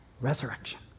resurrection